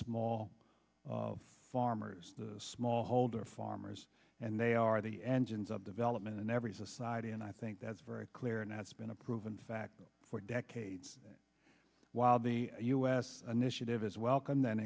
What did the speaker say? small farmers the smallholder farmers and they are the engines of development in every society and i think that's very clear and that's been a proven fact for decades while the u s initiative is welcome th